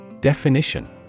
Definition